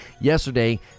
yesterday